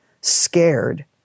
scared